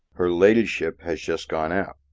her ladyship has just gone out.